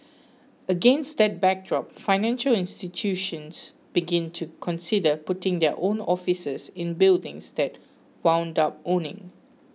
against that backdrop financial institutions began to consider putting their own offices in buildings they wound up owning